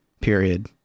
Period